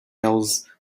else